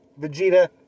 Vegeta